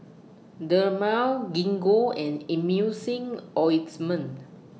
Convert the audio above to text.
Dermale Gingko and Emulsying Ointment